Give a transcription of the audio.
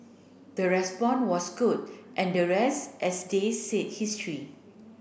the respond was good and the rest as they say history